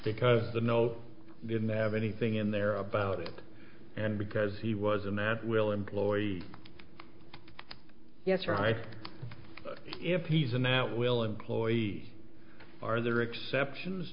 because the note didn't have anything in there about it and because he was a math will employee yes right if he's an at will employee are there are exceptions